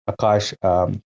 Akash